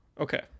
Okay